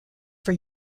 for